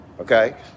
Okay